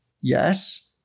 Yes